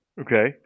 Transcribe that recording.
Okay